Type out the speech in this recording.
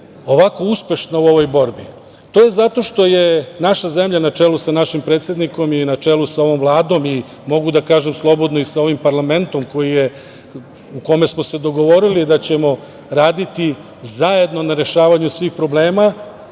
ovako uspešna u ovoj borbi? To je zato što je naša zemlja na čelu sa našim predsednikom i na čelu sa ovom Vladom i mogu da kažem slobodno i sa ovim parlamentom u kome smo se dogovorili da ćemo raditi zajedno na rešavanju svih problem,